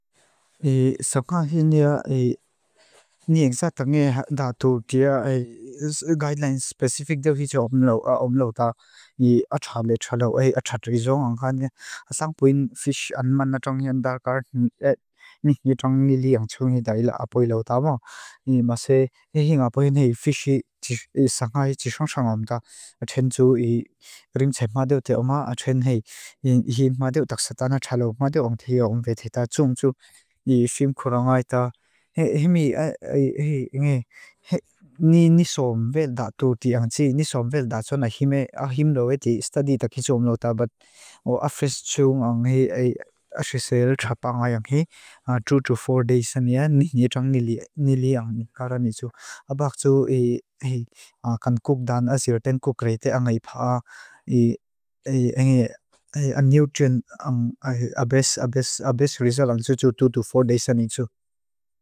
Tui si tausia nga tsunehi sushi hi atui paa ngai viewin kaxia. Ni apik takin hei restaurant tsaka nga ansorang teiju atuita i aaman tipu atawa hei ang fish manang tsihi aahianeng nga taa tuna, fatty tuna ante khankeha atauta atui boka. Ni adang vele tsuhi truffle nga hi antena hi atui paa ngai viewin kaxia. Maase atawe mima hei truffle tsu miso raman nga pesan avans hea. Heng hi awel teilei tutei avans verew lutuka indian raman nga tsune. Tsuan adang vele tsuhi hi steak antia bonsa atui lai ang hieneng tsu. Kengtei two to four days anda hi dry aged ngat hei tsu. Ni as i ama hi atui na. A flavor hi anga emema maase aman hitau tahi ua giuang. Tei atawu le emem ta atui vil nain atawu heng two to four days ani tsu.